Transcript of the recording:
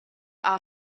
out